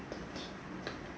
thiry two